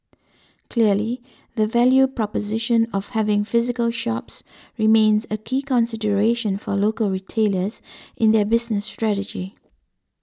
clearly the value proposition of having physical shops remains a key consideration for local retailers in their business strategy